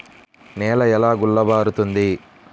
నేల ఎలా గుల్లబారుతుంది?